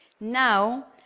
now